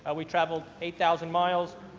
ah we traveled eight thousand miles,